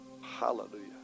Hallelujah